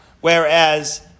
Whereas